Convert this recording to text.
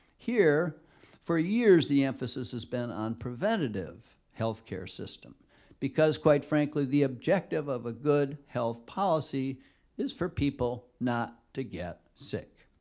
here for years the emphasis is on preventative healthcare system because quite frankly the objective of a good health policy is for people not to get sick.